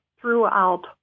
throughout